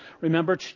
Remember